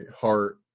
heart